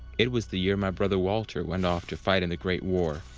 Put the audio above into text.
it was the year my brother walter went off to fight in the great war,